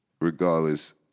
regardless